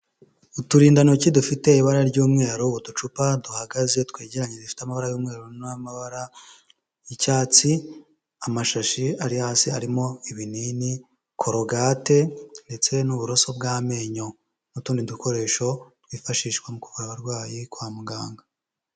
Uturindantoki dufite ibara ry'umweru, uducupa duhagaze twegeranye dufite amabara y'umweru n'amabara y'icyatsi, amashashi ari hasi arimo ibinini, korogate ndetse n'uburoso bw'amenyo n'utundi dukoresho twifashishwa mu kuvura abarwayi kwa muganga.